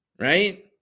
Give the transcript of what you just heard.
right